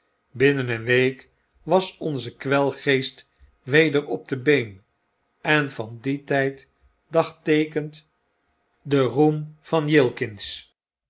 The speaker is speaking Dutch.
binnen een week was onze kwelgeest weer op de been en van dien tijd dagteekent de roem van